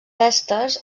èsters